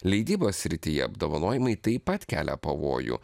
leidybos srityje apdovanojimai taip pat kelia pavojų